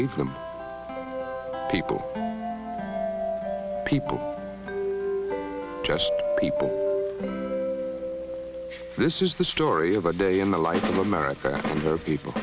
them people people just people this is the story of a day in the life of america or people